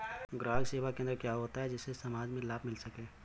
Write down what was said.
ग्राहक सेवा केंद्र क्या होता है जिससे समाज में लाभ मिल सके?